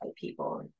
people